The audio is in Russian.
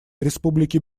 республики